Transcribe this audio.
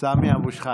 חבריי חברי הכנסת,